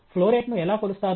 flow రేట్ను ఎలా కొలుస్తారు